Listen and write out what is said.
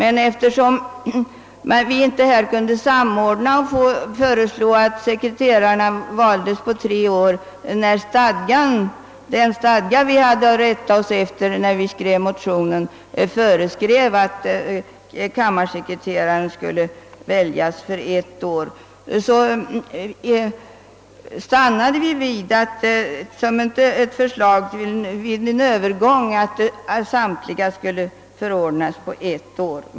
Vi ansåg oss dock inte kunna föreslå att sekreterarna skulle förordnas på tre år, eftersom den stadga vi hade att rätta oss efter vid skrivandet av motionen föreskrev att kammarsekreterarna skulle väljas för ett år, och vi stannade därför vid ett förslag att samtliga sekreterare skulle förordnas på ett år.